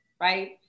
right